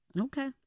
Okay